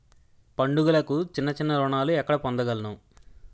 పండుగలకు చిన్న చిన్న రుణాలు ఎక్కడ పొందగలను?